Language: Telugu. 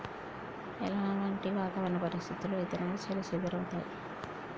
ఎలాంటి వాతావరణ పరిస్థితుల్లో విత్తనాలు చెల్లాచెదరవుతయీ?